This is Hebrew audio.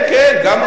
כן, כן.